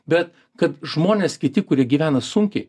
bet kad žmonės kiti kurie gyvena sunkiai